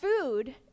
food